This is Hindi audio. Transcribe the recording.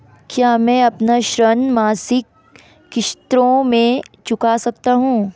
क्या मैं अपना ऋण मासिक किश्तों में चुका सकता हूँ?